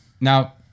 now